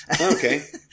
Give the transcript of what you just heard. Okay